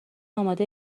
آماده